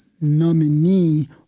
nominee